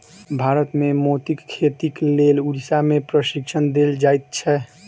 भारत मे मोतीक खेतीक लेल उड़ीसा मे प्रशिक्षण देल जाइत छै